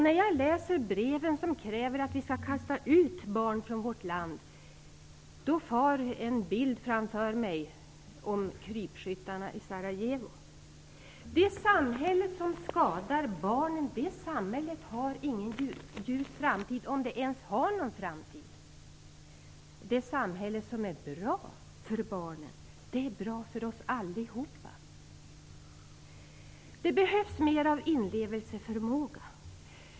När jag läser breven som kräver att vi skall kasta ut barn från vårt land, då far en bild framför mina ögon på krypskyttarna i Sarajevo. Det samhälle som skadar barnen har ingen ljus framtid, om det ens har någon framtid. Det samhälle som är bra för barnen är bra för oss allihopa. Det behövs mer av inlevelseförmåga.